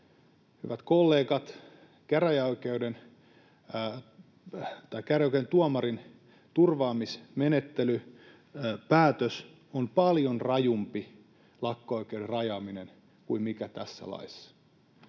Hyvät kollegat, käräjäoikeuden tuomarin turvaamismenettelypäätös on paljon rajumpi lakko-oikeuden rajaaminen kuin mikä on tässä laissa.